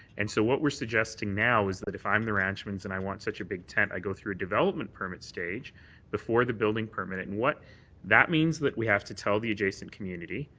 and so what we're suggesting now is that if i'm the ranchmans and i want such a big tent i go through a development permit stage before the building permit and what that means, we have to tell the adjacent community,